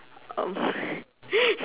um